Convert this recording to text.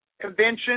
convention